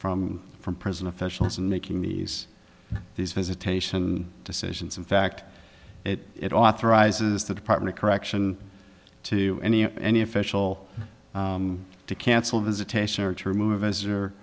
from from prison officials in making these these visitation decisions in fact it authorizes the department of correction to any or any official to cancel visitation or to remove a